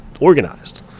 organized